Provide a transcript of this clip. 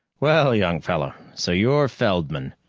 well, young fellow so you're feldman.